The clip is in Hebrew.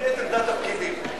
מקריא את עמדת הפקידים.